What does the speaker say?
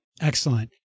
excellent